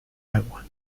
agua